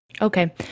Okay